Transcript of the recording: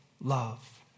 love